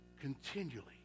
Continually